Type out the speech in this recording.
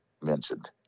mentioned